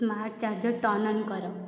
smart charger turn on କର